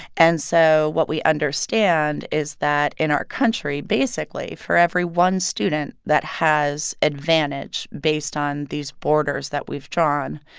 and so what we understand is that in our country, basically, for every one student that has advantage based on these borders that we've drawn,